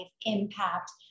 impact